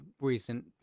recent